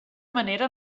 manera